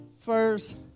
first